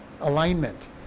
alignment